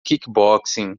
kickboxing